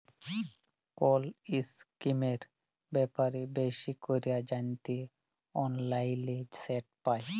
call ইসকিমের ব্যাপারে বেশি ক্যরে জ্যানতে অললাইলে সেট পায়